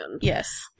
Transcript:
Yes